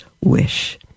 wish